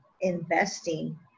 investing